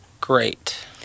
great